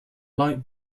light